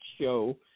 show